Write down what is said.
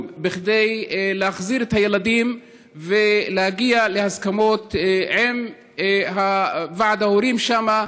להחזיר את הילדים ולהגיע להסכמות עם ועד ההורים שם,